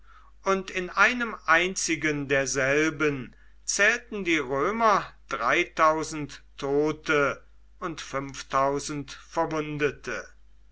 und in einem einzigen derselben zählten die römer tote und verwundete